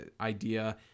idea